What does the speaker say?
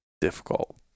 difficult